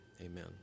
Amen